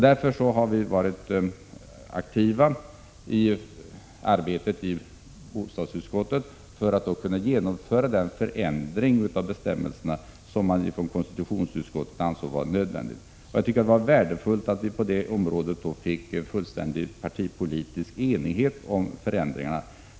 Därför har vi i bostadsutskottet aktivt verkat för att genomföra den förändring av bestämmelserna som konstitutionsutskottet ansåg vara nödvändig. Jag tycker att det var värdefullt att vi i det avseendet fick fullständig partipolitisk enighet om förändringarna.